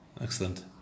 Excellent